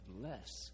less